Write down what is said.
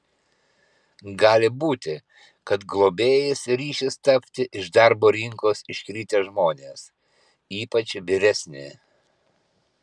gali būti kad globėjais ryšis tapti iš darbo rinkos iškritę žmonės ypač vyresni